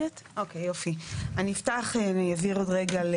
אני אעביר עוד מעט את